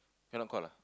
cannot caught lah